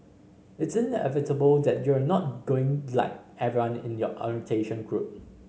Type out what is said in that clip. it's inevitable that you're not going to like everyone in your orientation group